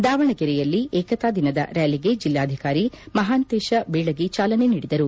ದಾವಣಗೆರೆಯಲ್ಲಿ ಏಕತಾ ದಿನದ ರ್ಯಾಲಿಗೆ ಜಿಲ್ಲಾಧಿಕಾರಿ ಮಹಾಂತೇಶ ಬೀಳಗಿ ಚಾಲನೆ ನೀಡಿದರು